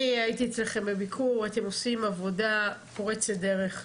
אתם עושים עבודה פורצת דרך.